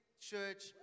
church